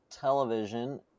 television